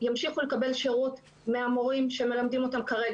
ימשיכו לקבל שירות מהמורים שמלמדים אותם כרגע,